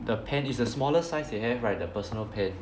the pan is the smaller size you have right the personal pan